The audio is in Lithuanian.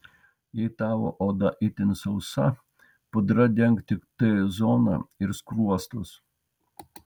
jei tavo oda itin sausa pudra denk tik t zoną ir skruostus